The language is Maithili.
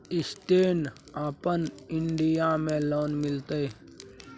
स्टैंड अपन इन्डिया में लोन मिलते?